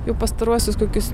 jau pastaruosius kokius